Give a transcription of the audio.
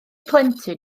plentyn